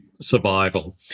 survival